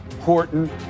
Horton